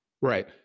Right